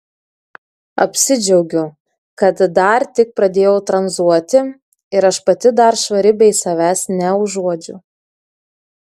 apsidžiaugiu kad dar tik pradėjau tranzuoti ir aš pati dar švari bei savęs neužuodžiu